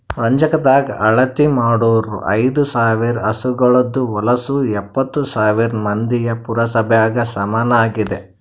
ರಂಜಕದಾಗ್ ಅಳತಿ ಮಾಡೂರ್ ಐದ ಸಾವಿರ್ ಹಸುಗೋಳದು ಹೊಲಸು ಎಪ್ಪತ್ತು ಸಾವಿರ್ ಮಂದಿಯ ಪುರಸಭೆಗ ಸಮನಾಗಿದೆ